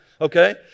Okay